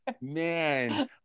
man